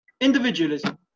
Individualism